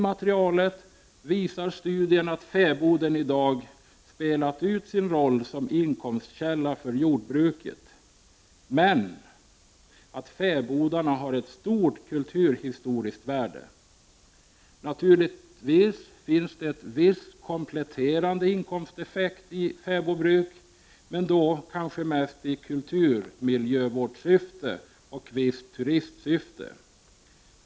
Studien visar att fäboden i dag har spelat ut sin roll som inkomstkälla för jordbruket, men att fäbodarna har ett stort kulturhistoriskt värde. Naturligtvis finns det en viss kompletterande inkomsteffekt i ett fäbodbruk, men det bedrivs kanske mest i kulturmiljövårdssyfte och i visst turistsyfte.